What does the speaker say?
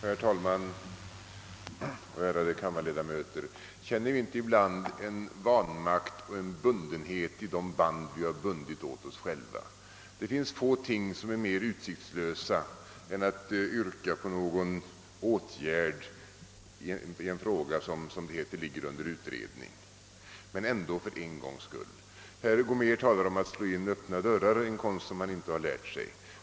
Herr talman, ärade kammarledamöter! Känner vi inte ibland en vanmakt och en bundenhet i de band vi har bundit åt oss själva? Det finns få ting som är mer utsiktslösa än att yrka på någon åtgärd i en fråga som är under utredning. Herr Gomér talade om att slå in öppna dörrar — en konst som han inte har lärt sig.